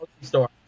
store